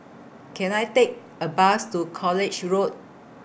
Can I Take A Bus to College Road